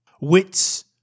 Wits